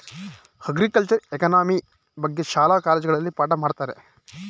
ಅಗ್ರಿಕಲ್ಚರೆ economy ಬಗ್ಗೆ ಶಾಲಾ ಕಾಲೇಜುಗಳಲ್ಲಿ ಪಾಠ ಮಾಡತ್ತರೆ